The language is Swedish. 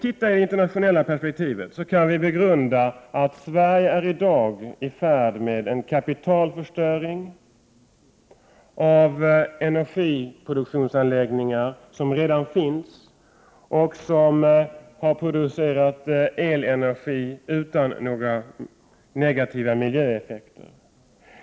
I det internationella perspektivet kan vi begrunda Sverige som i dag är i färd med att åstadkomma en kapitalförstöring av redan befintliga energiproduktionsanläggningar, vilka har producerat elenergi utan några negativa miljöeffekter.